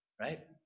Right